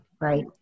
right